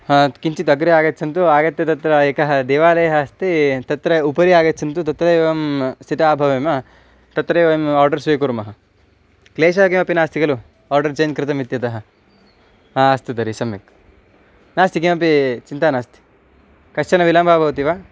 हा किञ्चित् अग्रे आगच्छन्तु आगत्य तत्र एकः देवालयः अस्ति तत्र उपरि आगच्छन्तु तत्रैव वयं स्थिता भवेम तत्रैव वयं आर्डर् स्वीकुर्मः क्लेशः किमपि नास्ति खलु आर्डर् चेञ्ज् कृतम् इत्यतः हा अस्तु तर्हि सम्यक् नास्ति किमपि चिन्ता नास्ति कश्चनः विलम्बः भवति वा